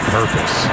purpose